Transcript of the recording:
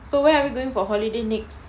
so where are we going for holiday next